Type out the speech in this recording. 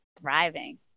thriving